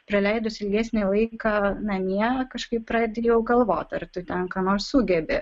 praleidus ilgesnį laiką namie kažkaip pradedi jau galvot ar tu ten ką nors sugebi